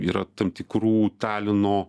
yra tam tikrų talino